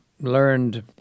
learned